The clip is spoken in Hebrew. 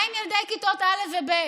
מה עם ילדי כיתות א' וב'?